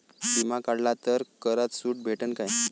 बिमा काढला तर करात सूट भेटन काय?